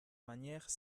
manière